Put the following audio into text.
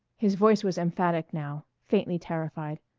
his voice was emphatic now, faintly terrified.